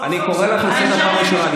אני קורא אותך לסדר פעם ראשונה.